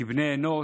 כבני אנוש,